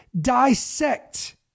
dissect